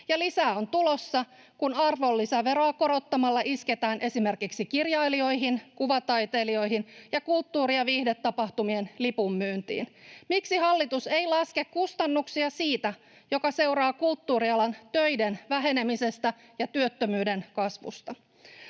lisää on tulossa, kun arvonlisäveroa korottamalla isketään esimerkiksi kirjailijoihin, kuvataiteilijoihin ja kulttuuri- ja viihdetapahtumien lipunmyyntiin. Miksi hallitus ei laske kustannuksia, jotka seuraavat kulttuurialan töiden vähenemisestä ja työttömyyden kasvusta?